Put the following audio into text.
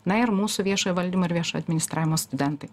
na ir mūsų viešojo valdymo ir viešo administravimo studentai